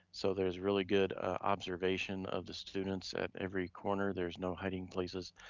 so there's really good observation of the students at every corner, there's no hiding places,